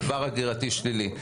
עבר הגירתי שלילי.